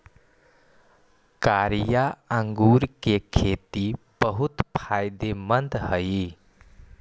कारिया अंगूर के खेती बहुत फायदेमंद हई